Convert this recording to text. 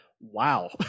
wow